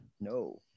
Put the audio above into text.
No